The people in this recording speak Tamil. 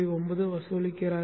9 வசூலிக்கிறார்கள்